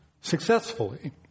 successfully